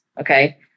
okay